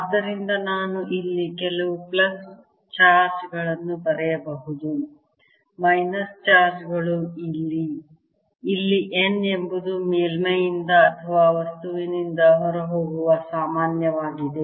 ಆದ್ದರಿಂದ ನಾನು ಇಲ್ಲಿ ಕೆಲವು ಪ್ಲಸ್ ಚಾರ್ಜ್ ಗಳನ್ನು ಬರೆಯಬಹುದು ಮೈನಸ್ ಚಾರ್ಜ್ ಗಳು ಇಲ್ಲಿ ಇಲ್ಲಿ n ಎಂಬುದು ಮೇಲ್ಮೈಯಿಂದ ಅಥವಾ ವಸ್ತುವಿನಿಂದ ಹೊರಹೋಗುವ ಸಾಮಾನ್ಯವಾಗಿದೆ